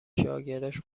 شاگرداش